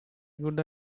good